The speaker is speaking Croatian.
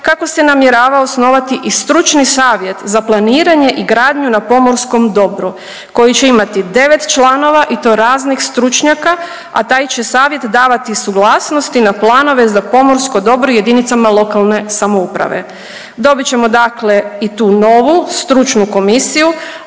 kako se namjerava osnovati i Stručni savjet za planiranje i gradnju na pomorskom dobru koji će imati 9 članova i to raznih stručnjaka, a taj će savjet davati suglasnosti i na planove za pomorsko dobro i JLS. Dobit ćemo dakle i tu novu stručnu komisiju,